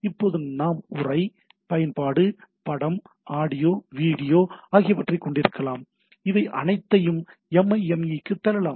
இப்போது நாம் உரை பயன்பாடு படம் ஆடியோ வீடியோ ஆகியவற்றைக் கொண்டிருக்கலாம் இவை அனைத்தையும் எம்ஐஎம்ஈ க்குத் தள்ளலாம்